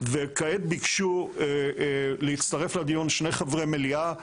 גיבוש תחומי עדיפות לאומית למדעים